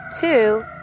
two